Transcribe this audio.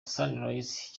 sunrise